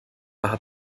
hat